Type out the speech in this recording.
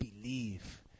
believe